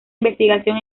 investigación